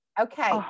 Okay